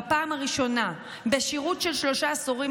בפעם הראשונה בשירות של שלושה עשורים,